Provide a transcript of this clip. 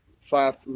five